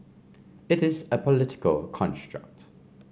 it is a political construct